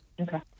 Okay